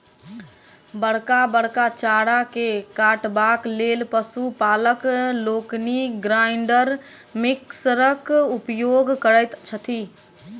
बड़का बड़का चारा के काटबाक लेल पशु पालक लोकनि ग्राइंडर मिक्सरक उपयोग करैत छथि